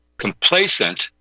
Complacent